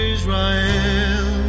Israel